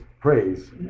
praise